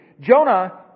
Jonah